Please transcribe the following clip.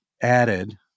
added